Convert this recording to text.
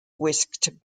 whisked